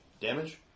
Damage